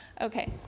Okay